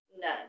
None